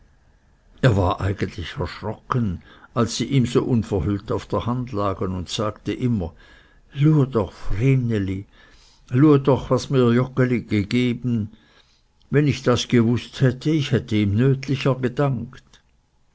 er war eigentlich erschrocken als sie ihm so unverhüllt auf der hand lagen und sagte immer lue doch vreneli lue doch was mir joggeli gegeben wenn ich das gewußt hätte ich hätte ihm nötlicher gedankt